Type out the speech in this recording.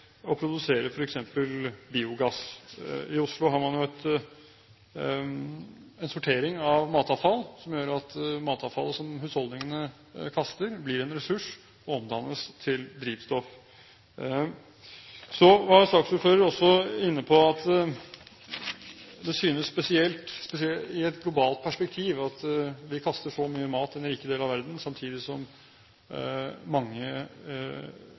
produsere f.eks. biogass. I Oslo har man en sortering av matavfall som gjør at det matavfallet som husholdningene kaster, blir en ressurs og omdannes til drivstoff. Så var saksordføreren også inne på at det synes spesielt i et globalt perspektiv at vi kaster så mye mat i den rike delen av verden, samtidig som mange